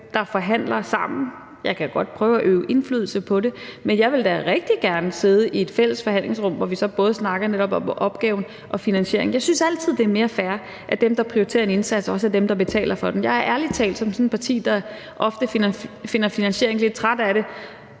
der forhandler sammen – jeg kan godt prøve at øve indflydelse på det – men jeg vil da rigtig gerne sidde i et fælles forhandlingsrum, hvor vi så netop både snakker om opgaven og finansieringen. Jeg synes altid, det er mere fair, at dem, der prioriterer en indsats, også er dem, der betaler for den. Jeg er ærlig talt sådan som medlem af et parti, der ofte finder finansiering, lidt træt af det,